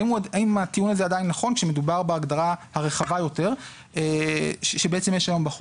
האם הטיעון הזה עדיין נכון כשמדובר בהגדרה הרחבה יותר שיש היום בחוק.